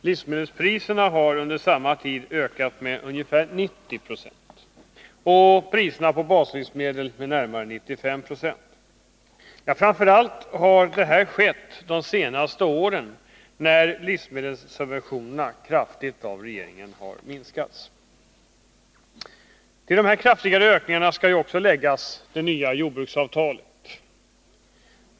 Livsmedelspriserna har under samma tid ökat med ca 90 46 och priserna på baslivsmedel med närmare 95 70. Framför allt har detta skett de senaste åren, när regeringen kraftigt har minskat livsmedelssubventionerna. Till dessa kraftiga ökningar skall läggas det nya jordbruksavtalet.